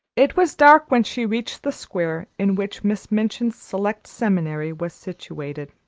it was dark when she reached the square in which miss minchin's select seminary was situated